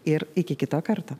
ir iki kito karto